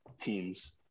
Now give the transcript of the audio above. teams